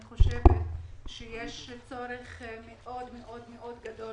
אני חושבת שיש צורך מאוד גדול